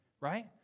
right